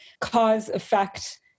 cause-effect